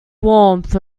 warmth